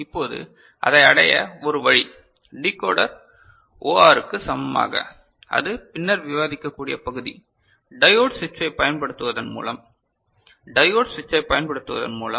இப்போது இதை அடைய ஒரு வழி டிகோடர் ஓஆருக்கு சமமாக அது பின்னர் விவாதிக்க வேண்டிய பகுதி டையோடு சுவிட்சைப் பயன்படுத்துவதன் மூலம் டையோடு சுவிட்சைப் பயன்படுத்துவதன் மூலம்